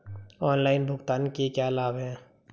Online भुगतान के क्या लाभ हैं?